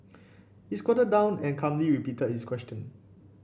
he squatted down and calmly repeated his question